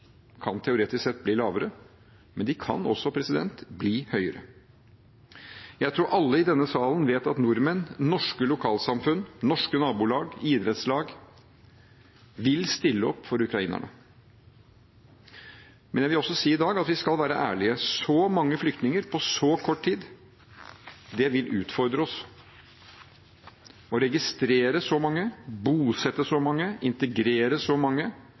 kan teoretisk sett bli lavere, men de kan også bli høyere. Jeg tror alle i denne salen vet at nordmenn, norske lokalsamfunn, norske nabolag og idrettslag vil stille opp for ukrainerne. Men jeg vil også si i dag at vi skal være ærlige: Så mange flyktninger på så kort tid, det vil utfordre oss. Å registrere så mange, bosette så mange, integrere så mange,